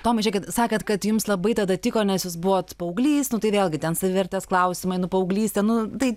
tomai žiekit sakėt kad jums labai tada tiko nes jūs buvot paauglys nu tai vėlgi ten savivertės klausimai nu paauglystė nu tai